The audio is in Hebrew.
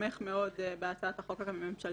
ותומך מאוד בהצעת החוק הממשלתית.